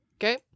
Okay